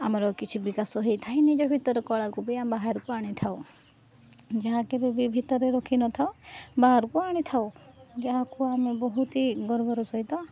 ଆମର କିଛି ବିକାଶ ହେଇଥାଏ ନିଜ ଭିତରେ କଳାକୁ ବି ଆମେ ବାହାରକୁ ଆଣିଥାଉ ଯାହାକେବେବି ଭିତରେ ରଖିନଥାଉ ବାହାରକୁ ଆଣିଥାଉ ଯାହାକୁ ଆମେ ବହୁତ ଗର୍ବର ସହିତ